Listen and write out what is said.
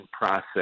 process